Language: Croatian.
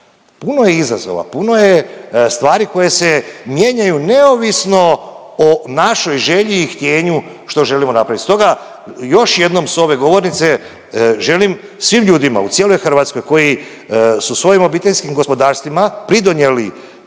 puno je izazova, puno je stvari koje se mijenjaju neovisno o našoj želji i htjenju što želimo napravit. Stoga još jednom s ove govornice želim svim ljudima u cijeloj Hrvatskoj, koji su svojim obiteljskim gospodarstvima pridonijeli